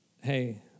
Hey